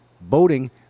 boating